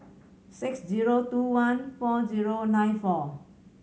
six zero two one four zero nine four